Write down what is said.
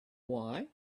why